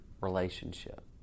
relationship